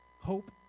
Hope